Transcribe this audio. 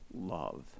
love